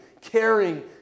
caring